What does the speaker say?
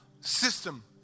system